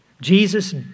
Jesus